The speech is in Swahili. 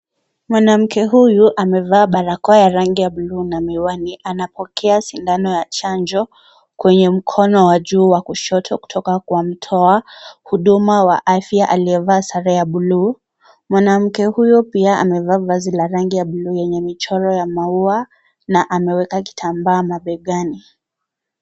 Mwanamke huyu amevaa barakoa ya rangi ya buluu na miwani. Anapokea sindano ya chanjo kwenye mkono wa juu wa kushoto, kutoka kwa mtoa huduma wa afya, aliyevaa sare ya buluu. Mwanamke huyu pia, amevaa vazi la rangi ya buluu yenye michoro ya maua na ameweka kitambaa mabegani.